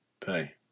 Pay